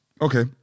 okay